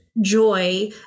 joy